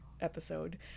episode